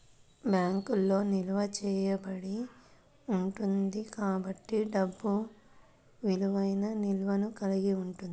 బ్యాంకులో నిల్వ చేయబడి ఉంటుంది కాబట్టి డబ్బు విలువైన నిల్వను కలిగి ఉంది